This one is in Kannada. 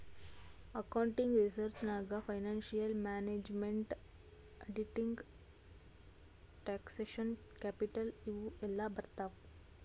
ಅಕೌಂಟಿಂಗ್ ರಿಸರ್ಚ್ ನಾಗ್ financial management, auditing, taxation, capital ಇವು ಎಲ್ಲಾ ಬರ್ತಾವ್